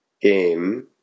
game